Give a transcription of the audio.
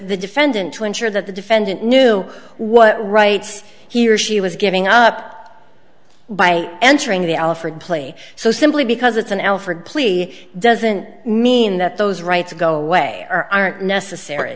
the defendant to ensure that the defendant knew what rights he or she was giving up by entering the alford plea so simply because it's an alford plea doesn't mean that those rights go away or aren't necessary